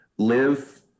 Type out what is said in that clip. live